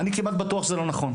אני כמעט בטוח שזה לא נכון.